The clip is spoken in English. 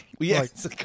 Yes